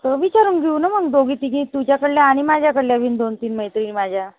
तर विचारून घेऊ ना मग दोघी तिघी तुझ्याकडल्या अन् माझ्याकडल्या बी दोन तीन मैत्रिणी माझ्या